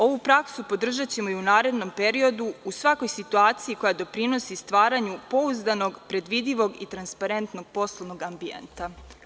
Ovu praksu podržaćemo i u narednom periodu u svakoj situaciji koja doprinosa zatvaranju pouzdanog, predvidivog i transparentnog poslovnog ambijenta.